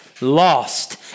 lost